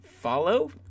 follow